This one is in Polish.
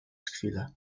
chwilę